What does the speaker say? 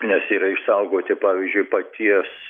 nes yra išsaugoti pavyzdžiui paties